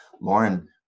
Lauren